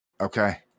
Okay